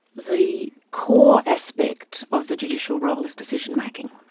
the core aspect of the judicial role is decision-making.